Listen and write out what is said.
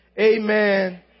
amen